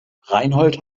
reinhold